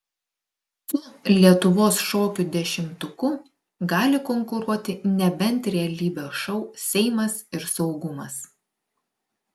su lietuvos šokių dešimtuku gali konkuruoti nebent realybės šou seimas ir saugumas